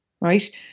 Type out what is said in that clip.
right